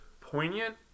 poignant